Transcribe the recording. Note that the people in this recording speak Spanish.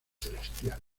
celestial